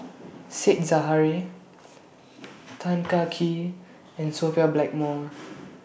Said Zahari Tan Kah Kee and Sophia Blackmore